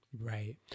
Right